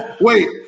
Wait